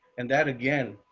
and that, again,